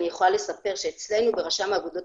אני יכולה לספר שאצלנו ברשם האגודות